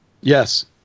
Yes